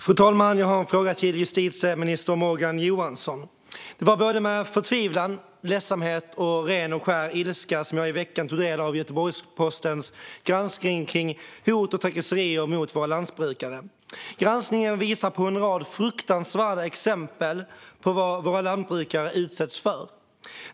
Fru talman! Jag har en fråga till justitieminister Morgan Johansson. Det var med förtvivlan, ledsamhet och ren och skär ilska som jag i veckan tog del av Göteborgspostens granskning av hot och trakasserier mot våra lantbrukare. Granskningen visar på en rad fruktansvärda exempel på vad våra lantbrukare utsätts för.